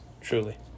truly